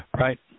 right